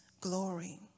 glory